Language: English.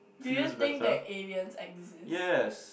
do you think that aliens exist